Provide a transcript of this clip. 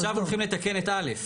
עכשיו הולכים לתקן את א'.